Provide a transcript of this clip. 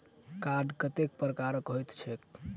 Card कतेक प्रकारक होइत छैक?